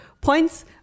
points